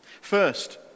First